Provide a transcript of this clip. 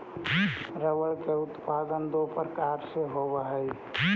rubber के उत्पादन दो प्रकार से होवऽ हई